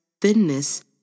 Thinness